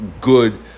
good